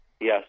Yes